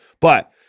but-